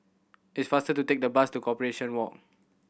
it's faster to take the bus to Corporation Walk